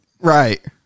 Right